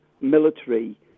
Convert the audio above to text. military